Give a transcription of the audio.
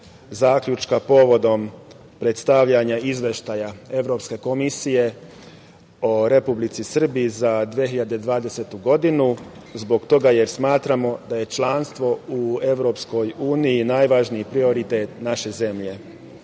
zaključka povodom predstavljanja Izveštaja Evropske komisije o Republici Srbiji za 2020. godinu, zbog toga jer smatramo da je članstvo u EU najvažniji prioritet naše zemlje. Naša